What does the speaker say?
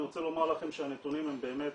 אני רוצה לומר לכם שהנתונים הם באמת,